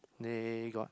they got